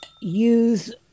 use